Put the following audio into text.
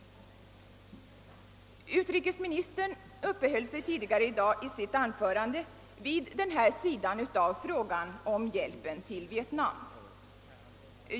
Utrikesministern uppehöll sig tidigare i dag i sitt anförande vid denna sida av frågan om hjälpen till Vietnam.